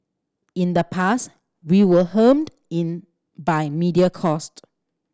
in the past we were hemmed in by media cost